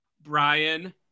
Brian